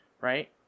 Right